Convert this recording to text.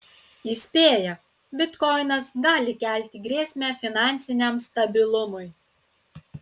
įspėja bitkoinas gali kelti grėsmę finansiniam stabilumui